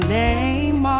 name